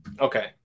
Okay